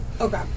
Okay